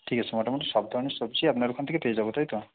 ঠিক আছে মোটামুটি সব ধরণের সবজি আপনার ওখান থেকে পেয়ে যাবো তাই তো